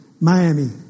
Miami